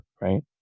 Right